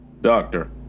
Doctor